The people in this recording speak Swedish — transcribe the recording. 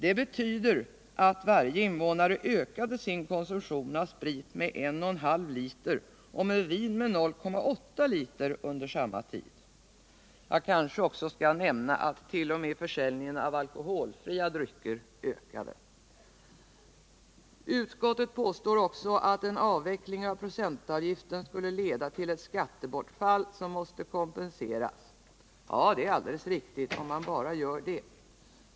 Det betyder att varje invånare ökade sin konsumtion av sprit med 1,5 liter och med vin med 0,8 liter under samma tid. Jag kanske också skall nämna att t.o.m. försäljningen av alkoholfria drycker ökade. Utskottet påstår också att en avveckling av procentavgiften skulle leda till ett skattebortfall som måste kompenseras. Ja, det är alldeles riktigt, om man bara gör det.